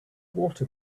water